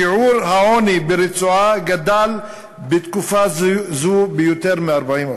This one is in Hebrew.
שיעור העוני ברצועה גדל בתקופה זו ביותר מ-40%.